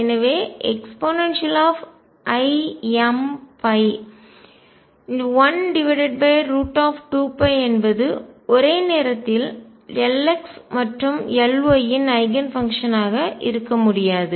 எனவே eimϕ 12π என்பது ஒரே நேரத்தில் Lx மற்றும் Ly இன் ஐகன் பங்ஷன் ஆக இருக்க முடியாது